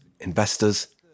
investors